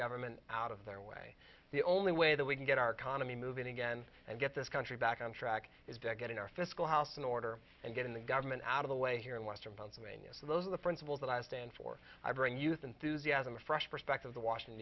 government out of their way the only way that we can get our economy moving again and get this country back on track is debt getting our fiscal house in order and getting the government out of the way here in western pennsylvania so those are the principles that i stand for i bring youth enthusiasm a fresh perspective the washington